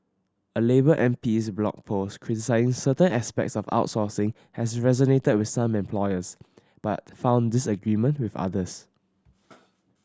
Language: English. a labour M P's blog post certain aspects of outsourcing has resonated with some employers but found disagreement with others